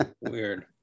weird